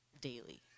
daily